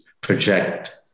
project